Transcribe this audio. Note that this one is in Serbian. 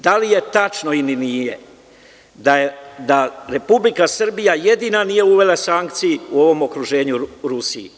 Da li je tačno ili nije da Republika Srbija jedina nije uvela sankcije u ovom okruženju Rusiji?